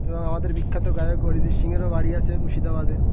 এবং আমাদের বিখ্যাত গায়ক অরিজিৎ সিংয়েরও বাড়ি আছে মুর্শিদাবাদে